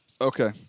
Okay